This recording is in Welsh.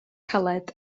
caled